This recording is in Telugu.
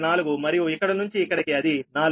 4 మరియు ఇక్కడి నుంచి ఇక్కడికి అది 4